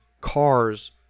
cars